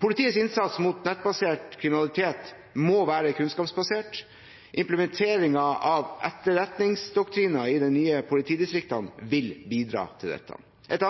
Politiets innsats mot nettbasert kriminalitet må være kunnskapsbasert. Implementeringen av etterretningsdoktriner i de nye politidistriktene vil bidra til dette. Et